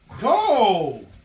Go